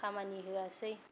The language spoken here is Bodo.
खामानि होआसै